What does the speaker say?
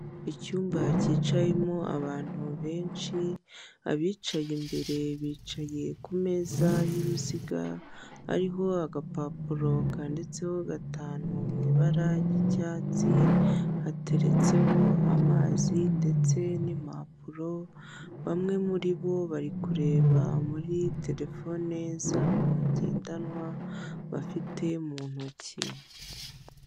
Icyumba kicayemo abantu benshi, abicaye imbere bicaye ku meza y'uruziga hariho agapapuro kanditseho gatanu mw'ibara ry'icyatsi, hateretseho amazi ndetse n'impapuro bamwe muribo bari kureba muri telefone zabo ngendanwa bafite mu ntoki.